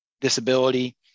disability